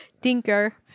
Tinker